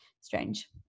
strange